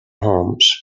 homes